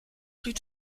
plus